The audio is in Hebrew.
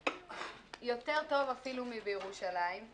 יותר טוב אפילו מירושלים.